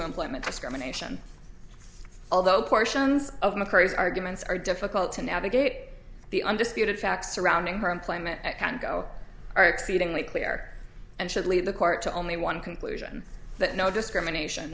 employment discrimination although portions of the phrase arguments are difficult to navigate the undisputed facts surrounding her employment can go are exceedingly clare and should leave the court to only one conclusion that no discrimination